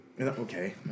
Okay